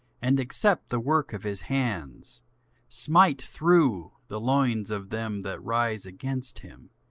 and accept the work of his hands smite through the loins of them that rise against him,